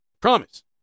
Promise